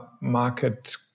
market